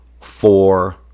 Four